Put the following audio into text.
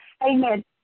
Amen